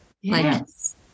Yes